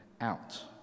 out